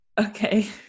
okay